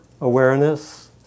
awareness